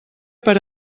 per